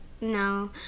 no